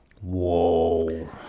whoa